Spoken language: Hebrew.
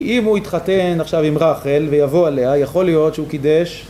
אם הוא יתחתן עכשיו עם רחל ויבוא עליה יכול להיות שהוא קידש